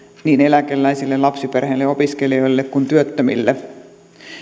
niin eläkeläisille lapsiperheille opiskelijoille kuin työttömille